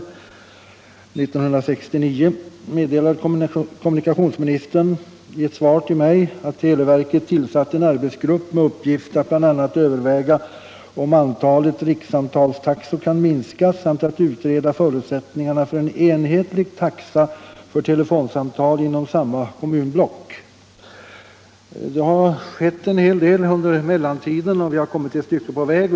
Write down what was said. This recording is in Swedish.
År 1969 meddelade kommunikationsministern i ett svar till mig att televerket tillsatt en arbetsgrupp med uppgift bl.a. att överväga om antalet rikssamtalstaxor kunde minskas samt att utreda förutsättningarna för en enhetlig taxa för telefonsamtal inom samma kommunblock. Det har skett en hel del under mellantiden, och vi har kommit ett stycke på väg.